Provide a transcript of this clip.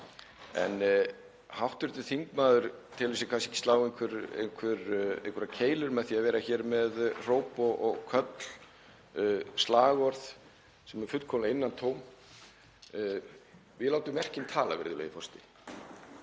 og náttúrunni. Hv. þingmaður telur sig kannski slá einhverjar keilur með því að vera hér með hróp og köll, slagorð sem eru fullkomlega innantóm. Við látum verkin tala, virðulegi forseti.